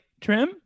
trim